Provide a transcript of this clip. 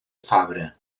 fabra